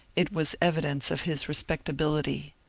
it was evidence of his respectability.